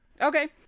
Okay